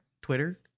twitter